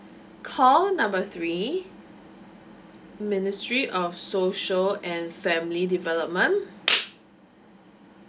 call number three ministry of social and family development